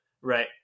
right